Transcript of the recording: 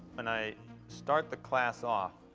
and i start the class off,